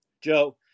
Joe